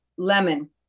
Lemon